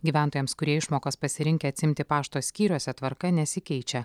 gyventojams kurie išmokas pasirinkę atsiimti pašto skyriuose tvarka nesikeičia